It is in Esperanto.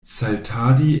saltadi